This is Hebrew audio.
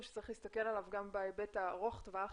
שצריך להסתכל עליו גם בהיבט הארוך טווח,